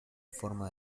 forma